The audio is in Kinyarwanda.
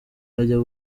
ajya